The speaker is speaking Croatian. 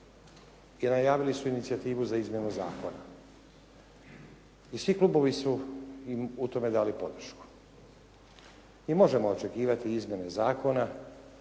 i najavili su inicijativu za izmjene zakona. I svi klubovi su im u tome dali podršku. Mi možemo očekivati izmjene zakona,